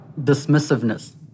dismissiveness